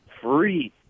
free